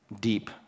deep